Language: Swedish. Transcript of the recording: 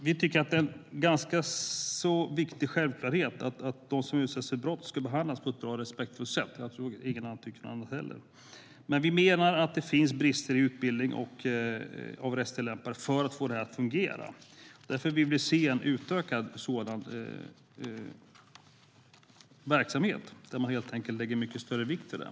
Vi tycker att det är en ganska viktig självklarhet att de som utsätts för brott ska behandlas på ett bra och respektfullt sätt. Jag tror inte att någon tycker något annat heller, men vi menar att det finns brister i utbildningen av rättstillämpare för att få det här att fungera. Därför vill vi se en utökad sådan verksamhet, där man helt enkelt lägger mycket större vikt vid det.